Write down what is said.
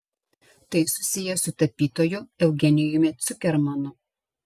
tai susiję su tapytoju eugenijumi cukermanu